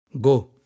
Go